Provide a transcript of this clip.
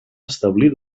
establir